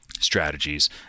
strategies